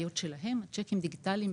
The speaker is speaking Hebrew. הבאבא סאלי היה מטפל בו.